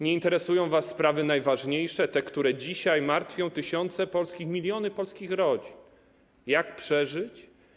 Nie interesują was sprawy najważniejsze, te, które dzisiaj martwią tysiące, miliony polskich rodzin: Jak przeżyć?